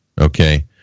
Okay